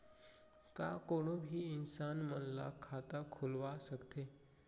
का कोनो भी इंसान मन ला खाता खुलवा सकथे?